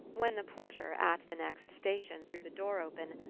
when the porter, at the next station, threw the door open,